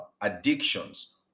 addictions